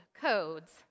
codes